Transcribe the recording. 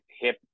hip